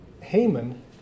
Haman